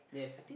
yes